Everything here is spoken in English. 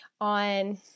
on